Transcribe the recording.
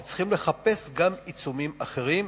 או שצריך לחפש גם עיצומים אחרים.